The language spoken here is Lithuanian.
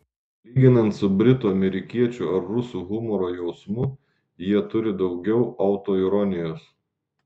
lyginant su britų amerikiečių ar rusų humoro jausmu jie turi daugiau autoironijos